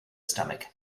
stomach